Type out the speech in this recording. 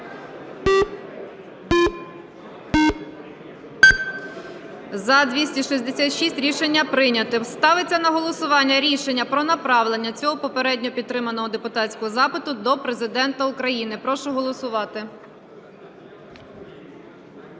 За-266 Рішення прийнято. Ставиться на голосування рішення про направлення цього попередньо підтриманого депутатського запиту до Президента України. Прошу голосувати.